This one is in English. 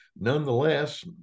nonetheless